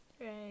Right